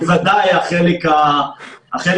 בוודאי החלק הפלסטיני.